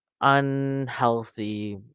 unhealthy